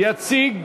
יציג